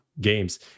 games